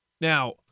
Now